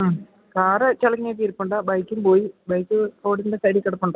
ആ കാറ് ചളങ്ങി ഒക്കെ ഇരിപ്പുണ്ട് ബൈക്കും പോയി ബൈക്ക് റോഡിൻ്റെ സൈഡിൽ കിടപ്പുണ്ട്